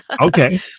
Okay